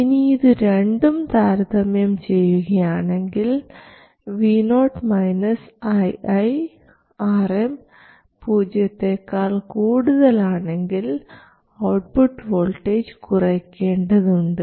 ഇനി ഇതു രണ്ടും താരതമ്യം ചെയ്യുകയാണെങ്കിൽ vo iiRm പൂജ്യത്തെക്കാൾ കൂടുതൽ ആണെങ്കിൽ ഔട്ട്പുട്ട് വോൾട്ടേജ് കുറയ്ക്കേണ്ടതുണ്ട്